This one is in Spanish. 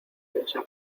pensar